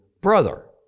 brother